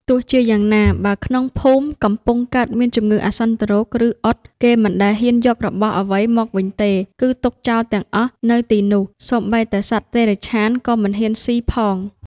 ទោះជាយ៉ាងណា បើក្នុងភូមិកំពុងកើតមានជំងឺអាសន្នរោគ ឬអុត គេមិនដែលហ៊ានយករបស់អ្វីមកវិញទេ គឺទុកចោលទាំងអស់នៅទីនោះ សូម្បីតែសត្វតិរច្ឆានក៏មិនហ៊ានស៊ីផង។